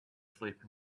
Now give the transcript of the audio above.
sleep